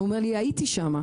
הוא אומר לי הייתי שם.